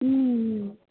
ம் ம்